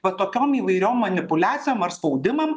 va tokiom įvairiom manipuliacijom ar spaudimam